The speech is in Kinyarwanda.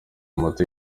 moto